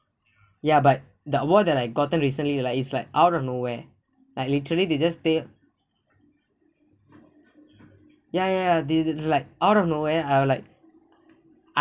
ya but the award that I gotten recently like it's like out of nowhere like literally they just stay ya ya ya they they like out of nowhere I would like I